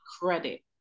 Credit